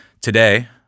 today